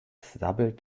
sabbelt